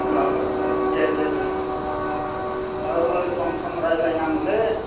ओ ओ दे दे दे औ औ सम सम रायज्लाय नांगौ